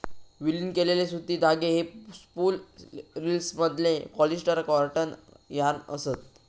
विलीन केलेले सुती धागे हे स्पूल रिल्समधले पॉलिस्टर कॉटन यार्न असत